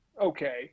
okay